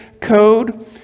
code